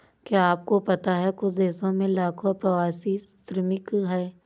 क्या आपको पता है कुछ देशों में लाखों प्रवासी श्रमिक हैं?